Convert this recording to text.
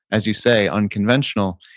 as you say, unconventional,